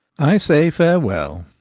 i say farewell.